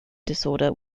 disorder